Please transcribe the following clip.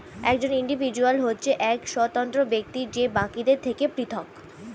একজন ইন্ডিভিজুয়াল হচ্ছে এক স্বতন্ত্র ব্যক্তি যে বাকিদের থেকে পৃথক